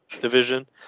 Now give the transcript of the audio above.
division